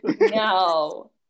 no